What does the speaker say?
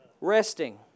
Resting